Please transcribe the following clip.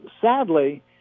sadly